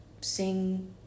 sing